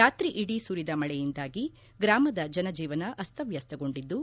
ರಾತ್ರಿಯಿಡೀ ಸುರಿದ ಮಳೆಯಿಂದಾಗಿ ಗ್ರಾಮದ ಜನಜೀವನ ಅಸ್ತವಸ್ತಗೊಂಡಿದ್ದು